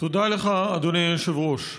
תודה לך, אדוני היושב-ראש.